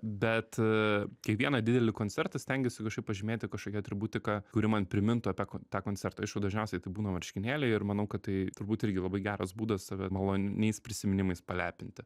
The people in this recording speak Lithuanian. bet kiekvieną didelį koncertą stengiuosi kažkaip pažymėti kažkokia atributika kuri man primintų apie ko tą koncertą aišku dažniausiai tai būna marškinėliai ir manau kad tai turbūt irgi labai geras būdas save maloniais prisiminimais palepinti